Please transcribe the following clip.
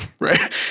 Right